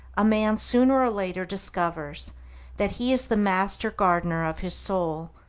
a man sooner or later discovers that he is the master-gardener of his soul,